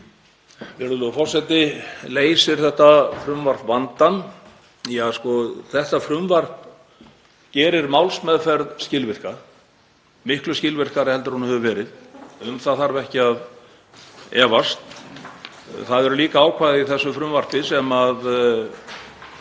Virðulegur forseti. Leysir þetta frumvarp vandann? Þetta frumvarp gerir málsmeðferð skilvirka, miklu skilvirkari en hún hefur verið. Um það þarf ekki að efast. Það eru líka ákvæði í þessu frumvarpi sem